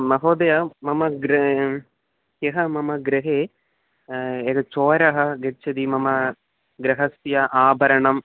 महोदय मम गृहे ह्यः मम गृहे एकः चोरः आगच्छत् मम गृहस्य आभरणं